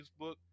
Facebook